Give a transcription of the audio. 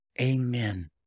amen